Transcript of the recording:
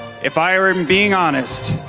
if i'm being honest,